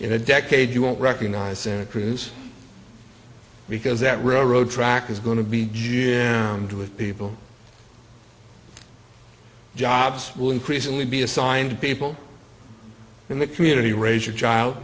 a decade you won't recognize santa cruz because that railroad track is going to be around with people jobs will increasingly be assigned people in the community raise your child